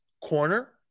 Corner